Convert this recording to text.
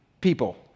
people